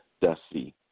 Dusty